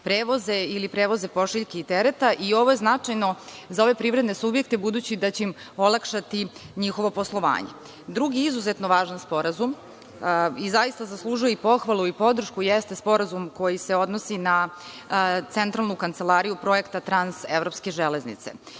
prevoze ili prevoze pošiljki i tereta. Ovo je značajno za ove privredne subjekte budući da će im olakšati njihovo poslovanje. Drugi izuzetno važan sporazum koji zaista zaslužuje i pohvalu i podršku jeste sporazum koji se odnosi na Centralnu kancelariju projekta Trans-evropske železnice.